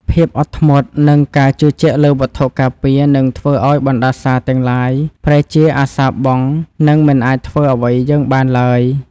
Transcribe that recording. ភាពអត់ធ្មត់និងការជឿជាក់លើវត្ថុការពារនឹងធ្វើឱ្យបណ្តាសាទាំងឡាយប្រែជាអសារបង់និងមិនអាចធ្វើអ្វីយើងបានឡើយ។